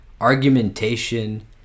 argumentation